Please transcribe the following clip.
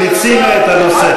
מיצינו את הנושא.